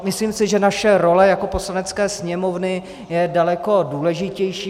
Myslím si, že naše role jako Poslanecké sněmovny je daleko důležitější.